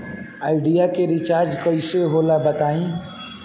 Idea के recharge कइसे होला बताई?